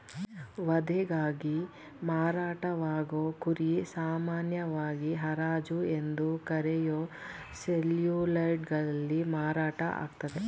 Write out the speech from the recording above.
ವಧೆಗಾಗಿ ಮಾರಾಟವಾಗೋ ಕುರಿ ಸಾಮಾನ್ಯವಾಗಿ ಹರಾಜು ಎಂದು ಕರೆಯೋ ಸೇಲ್ಯಾರ್ಡ್ಗಳಲ್ಲಿ ಮಾರಾಟ ಆಗ್ತದೆ